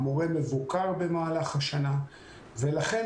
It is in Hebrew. המורה מבוקר במהלך השנה ולכן,